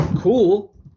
cool